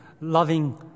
loving